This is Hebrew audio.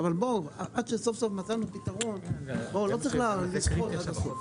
עד שסוף-סוף מצאנו פתרון, לא צריך לסחוט עד הסוף.